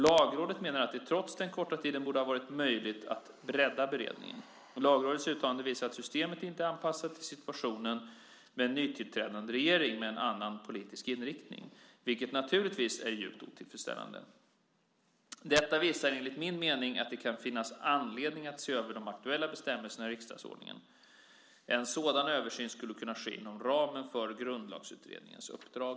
Lagrådet menar att det trots den korta tiden borde ha varit möjligt att bredda beredningen. Lagrådets uttalanden visar att systemet inte är anpassat till situationen med en nytillträdande regering med en annan politisk inriktning, vilket naturligtvis är djupt otillfredsställande. Detta visar enligt min mening att det kan finnas anledning att se över de aktuella bestämmelserna i riksdagsordningen. En sådan översyn skulle kunna ske inom ramen för Grundlagsutredningens uppdrag.